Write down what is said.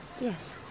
Yes